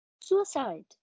suicide